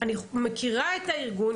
אני מכירה את הארגון.